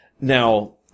Now